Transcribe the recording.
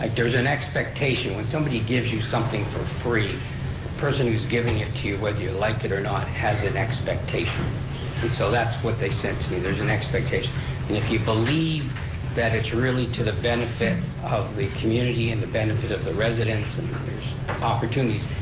like there's an expectation. when somebody gives you something for free, the person who's giving it to you, whether you like it or not, has an expectation. and so, that's what they said to me, there's an expectation, and if you believe that it's really to the benefit of the community and the benefit of the residents and there's opportunities,